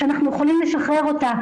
שאנחנו יכולים לשחרר אותה,